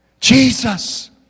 Jesus